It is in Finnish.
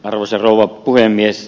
arvoisa rouva puhemies